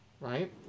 right